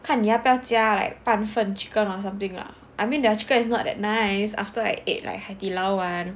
看你要不要加半分 chicken or something lah I mean their chicken is not that nice after I ate like Hai Di Lao [one]